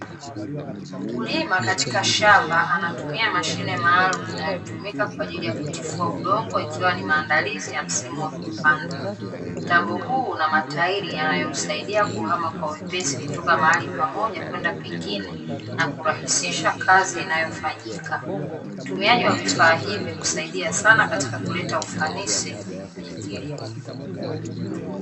Mkulima katika shamba anatumia mashine maalum inayotumika kwa ajili ya kutifua udongo ikiwa ni maandalizi ya msimu wa kupanda, mtambo huu una matairi yanayo saidia kuhama kwa wepesi kutoka mahali pamoja kwenda pengine na kurahisisha kazi inayofanyika, utumiaji wa vifaa hivyo husaidia sana katika kuleta ufanisi kwenye kilimo .